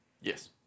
Yes